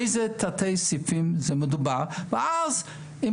לאיזה תתי סעיפים הם מיועדים ואז אם